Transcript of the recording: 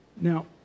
Now